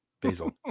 Basil